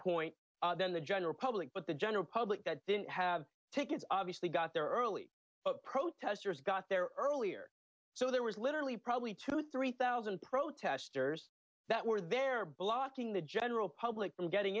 point then the general public but the general public that didn't have tickets obviously got there early protesters got there earlier so there was literally probably two three thousand protesters that were there blocking the general public from getting